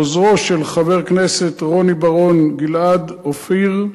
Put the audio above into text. עוזרו של חבר הכנסת רוני בר-און גלעד אופיר,